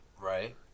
Right